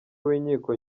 w’inkiko